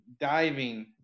diving